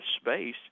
space